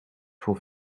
voor